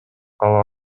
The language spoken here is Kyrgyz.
калып